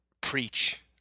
preach